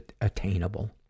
attainable